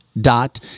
Dot